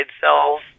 cells